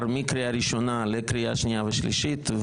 מקריאה ראשונה לקריאה שניה ושלישית.